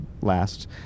last